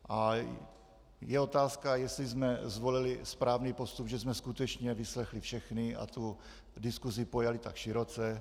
A je otázka, jestli jsme zvolili správný postup, že jsme skutečně vyslechli všechny a tu diskusi pojali tak široce.